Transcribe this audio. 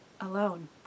alone